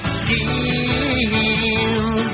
scheme